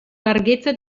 larghezza